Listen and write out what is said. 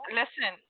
listen